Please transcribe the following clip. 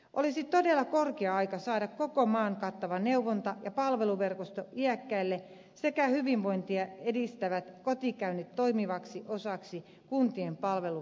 olisi todella korkea aika saada koko maan kattava neuvonta ja palveluverkosto iäkkäille sekä hyvinvointia edistävät kotikäynnit toimivaksi osaksi kuntien palveluvalikoimaa